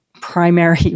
primary